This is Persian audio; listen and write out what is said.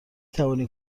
توانی